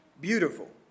beautiful